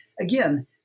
again